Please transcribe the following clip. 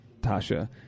Tasha